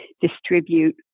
distribute